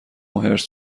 حرص